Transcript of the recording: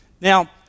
Now